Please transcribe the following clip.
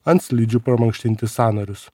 ant slidžių pramankštinti sąnarius